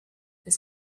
was